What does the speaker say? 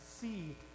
see